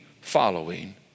following